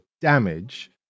damage